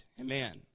Amen